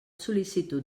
sol·licitud